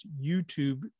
YouTube